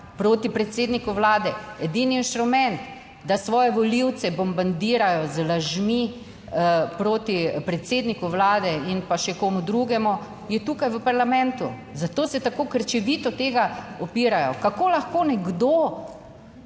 proti predsedniku Vlade. Edini inštrument, da svoje volivce bombardirajo z lažmi proti predsedniku Vlade in pa še komu drugemu, je tukaj v parlamentu, zato se tako krčevito upirajo temu. Kako lahko nekdo